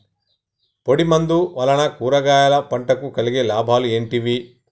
పొడిమందు వలన కూరగాయల పంటకు కలిగే లాభాలు ఏంటిది?